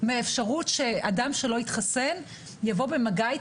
מהאפשרות שאדם שלא התחסן יבוא איתם במגע,